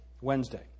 Wednesday